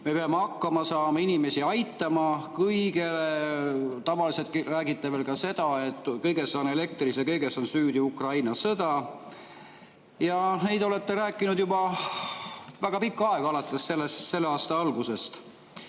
me peame hakkama saama, inimesi aitama. Tavaliselt räägite veel ka seda, et kõiges, elektris ja kõiges, on süüdi Ukraina sõda. Te olete rääkinud seda juba väga pikka aega, alates selle aasta algusest.